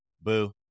Boo